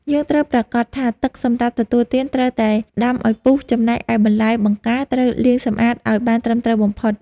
យើងត្រូវប្រាកដថាទឹកសម្រាប់ទទួលទានត្រូវតែដាំឱ្យពុះចំណែកឯបន្លែបង្ការត្រូវលាងសម្អាតឱ្យបានត្រឹមត្រូវបំផុត។